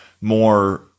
more